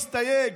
להסתייג,